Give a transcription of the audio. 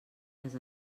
les